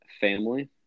family